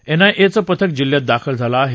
एनआयएचं पथक जिल्ह्यात दाखल झालं आहे